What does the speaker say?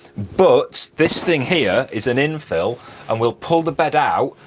but this thing here is an infill and we'll pull the bed out,